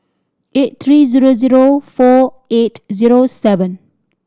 eight three zero zero four eight zero seven